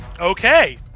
Okay